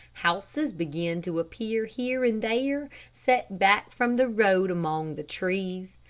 houses began to appear here and there, set back from the road among the trees.